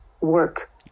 work